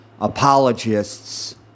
apologists